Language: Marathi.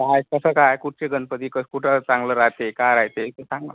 पहायचं कसं काय कुठचे गणपती कसं कुठं चांगलं राहते काय राहते सांग ना